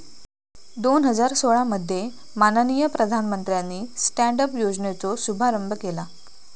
दोन हजार सोळा मध्ये माननीय प्रधानमंत्र्यानी स्टॅन्ड अप योजनेचो शुभारंभ केला